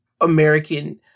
American